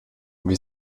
wir